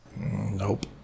Nope